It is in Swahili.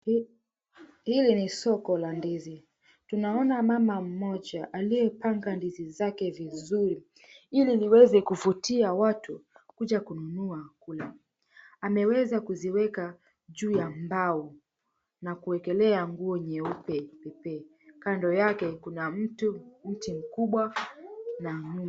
Hili ni soko la ndizi. Tunaona mama mmoja aliyepanga ndizi zake vizuri ili liweze kuvutia watu kuja kununua kule. Ameweza kuziweka juu ya mbao na kuekelea nguo nyeupe. Kando yake kuni mti mtu mkubwa na.